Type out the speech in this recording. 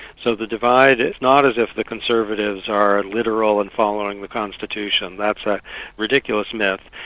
so the divide, it's not as if the conservatives are ah literal in following the constitution, that's a ridiculous myth,